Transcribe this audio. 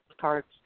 cards